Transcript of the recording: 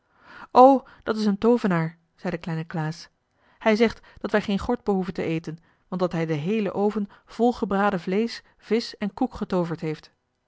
o dat is een toovenaar zei de kleine klaas hij zegt dat wij geen gort behoeven te eten want dat hij den heelen oven vol gebraden vleesch visch en koek getooverd heeft